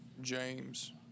James